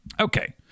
Okay